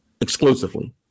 Exclusively